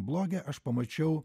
bloge aš pamačiau